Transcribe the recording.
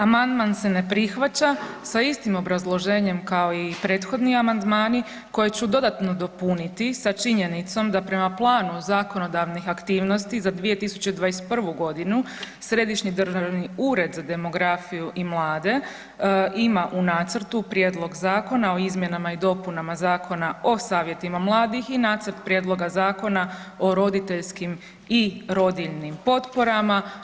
Amandman se ne prihvaća sa istim obrazloženjem kao i prethodni amandmani koje ću dodatno dopuniti sa činjenicom da prema planu zakonodavnih aktivnosti za 2021. g. Središnji državni ured za demografiju i mlade ima u nacrtu prijedlog zakona o izmjenama i dopunama Zakona o savjetima mladih i nacrt prijedloga Zakona o roditeljskim i rodiljnim potporama.